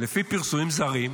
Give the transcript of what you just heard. לפי פרסומים זרים,